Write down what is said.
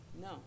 No